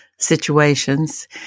situations